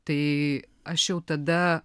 tai aš jau tada